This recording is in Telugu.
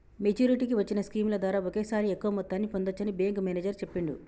మెచ్చురిటీకి వచ్చిన స్కీముల ద్వారా ఒకేసారి ఎక్కువ మొత్తాన్ని పొందచ్చని బ్యేంకు మేనేజరు చెప్పిండు